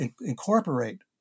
incorporate